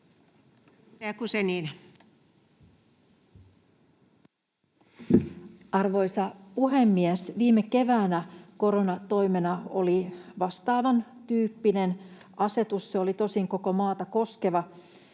Arvoisa puhemies! Viime keväänä koronatoimena oli vastaavantyyppinen asetus. Se oli tosin koko maata koskeva.